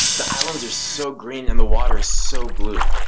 the islands are so green and the water's so blue.